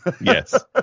Yes